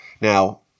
Now